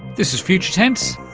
this is future tense,